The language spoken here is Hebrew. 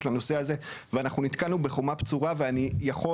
לנושא הזה ואנחנו נתקלנו בחומה בצורה ואני יכול